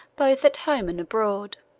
both at home and abroad.